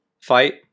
fight